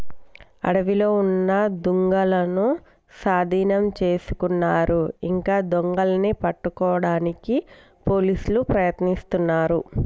అడవిలో ఉన్న దుంగలనూ సాధీనం చేసుకున్నారు ఇంకా దొంగలని పట్టుకోడానికి పోలీసులు ప్రయత్నిస్తున్నారు